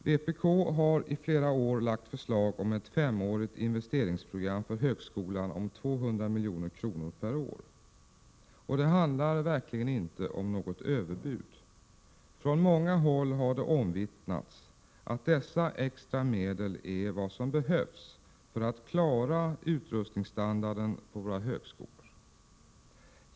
Vpk har i flera år lagt fram förslag om ett femårigt investeringsprogram för högskolan om 200 milj.kr. per år. Det handlar verkligen inte om något överbud. Från många håll har det omvittnats att dessa extra medel är vad som behövs för att klara utrustningsstandarden på våra högskolor.